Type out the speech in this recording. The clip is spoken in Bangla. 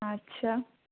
আচ্ছা